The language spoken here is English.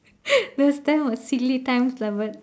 the times was silly times lah but